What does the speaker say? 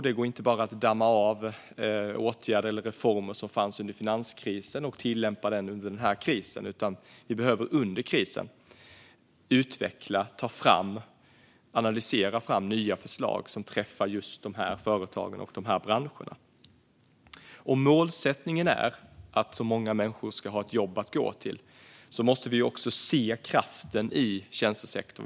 Det går inte bara att damma av åtgärder eller reformer som fanns under finanskrisen och tillämpa dem under den här krisen, utan vi behöver under krisen utveckla, analysera och ta fram nya förslag som träffar just de här företagen och branscherna. Om målsättningen är att så många människor som möjligt ska ha ett jobb att gå till måste vi också se kraften i tjänstesektorn.